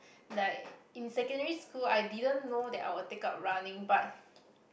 like in secondary school I didn't know that I will like take up running but